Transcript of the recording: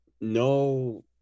no